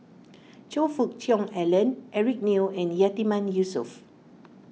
Choe Fook Cheong Alan Eric Neo and Yatiman Yusof